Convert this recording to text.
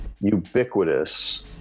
ubiquitous